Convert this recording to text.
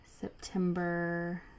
September